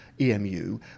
EMU